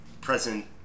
present